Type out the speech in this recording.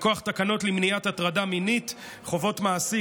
מכוח תקנות למניעת הטרדה מינית (חובות מעסיק),